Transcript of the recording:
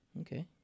okay